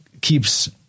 keeps